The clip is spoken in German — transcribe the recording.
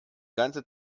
ganze